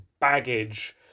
baggage